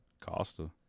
Costa